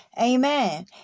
Amen